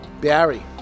Barry